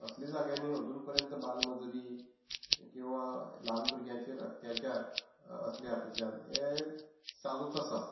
असल्या जाग्यांनी अजून पर्यंत बालमजुरी किंवा लान भुरग्याचेर अत्याचार असल्या हातूंतल्यान हे चालूच आसा